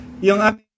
yung